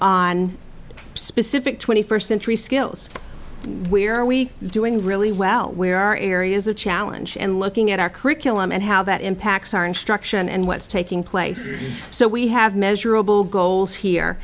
on specific twenty first century skills where are we doing really well where are areas of challenge and looking at our curriculum and how that impacts our instruction and what's taking place so we have measurable goals here